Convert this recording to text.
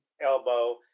elbow